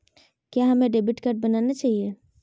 क्या हमें debit card बनाना चाहिए?